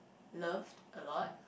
loved a lot